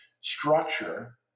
structure